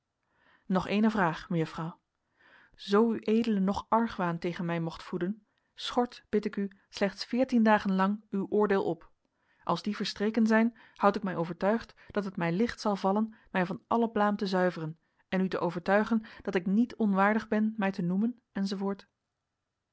nog eene vraag mejuffrouw zoo ued nog argwaan tegen mij mocht voeden schort bid ik u slechts veertien dagen lang uw oordeel op als die verstreken zijn houd ik mij overtuigd dat het mij licht zal vallen mij van alle blaam te zuiveren en u te overtuigen dat ik niet onwaardig ben mij te noemen